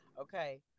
Okay